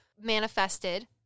manifested